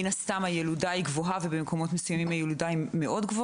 הילודה גבוהה ובמקומות מסוימים אף גבוהה מאוד.